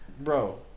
Bro